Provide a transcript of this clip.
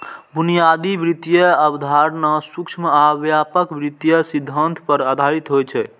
बुनियादी वित्तीय अवधारणा सूक्ष्म आ व्यापक वित्तीय सिद्धांत पर आधारित होइ छै